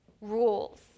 Rules